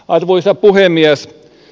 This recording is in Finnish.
arvoisa puhemies